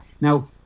Now